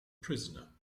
prisoner